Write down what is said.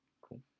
Cool